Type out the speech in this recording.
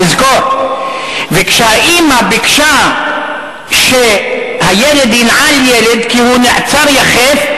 תזכור וכשהאמא ביקשה שהילד ינעל נעל כי הוא נעצר יחף,